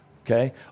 Okay